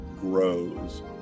grows